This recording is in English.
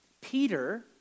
Peter